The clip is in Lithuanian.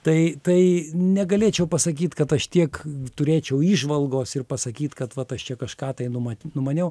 tai tai negalėčiau pasakyt kad aš tiek turėčiau įžvalgos ir pasakyt kad vat aš čia kažką tai numat numaniau